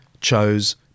chose